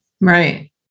Right